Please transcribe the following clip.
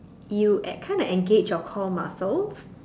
you e~ kind of engage your core muscles